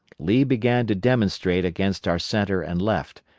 lee began to demonstrate against our centre and left,